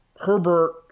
Herbert